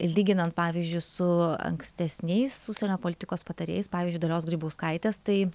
lyginant pavyzdžiui su ankstesniais užsienio politikos patarėjais pavyzdžiui dalios grybauskaitės tai